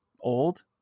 old